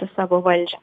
savo valdžią